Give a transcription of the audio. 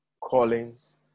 callings